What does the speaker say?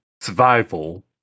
survival